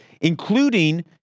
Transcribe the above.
including